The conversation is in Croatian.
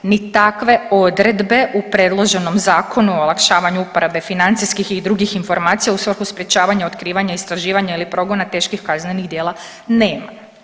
Ni takve odredbe u predloženom Zakonu o olakšavanju uporabe financijskih i drugih informacija u svrhu sprječavanja otkrivanja, istraživanja ili progona teških kaznenih djela nema.